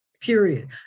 Period